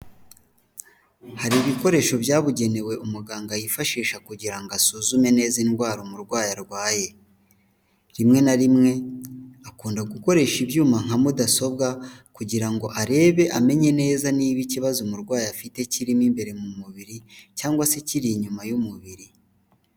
Hari ibikoresho byabugenewe umuganga yifashisha kugirango asuzume neza indwara umurwayi arwaye, rimwe na rimwe akunda gukoresha ibyuma nka mudasobwa kugirango arebe, amenye neza niba icyibazo umurwayi afite cyirimo imbere mu mubiri cyangwa se cyiri inyuma y'umubiri.